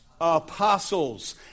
Apostles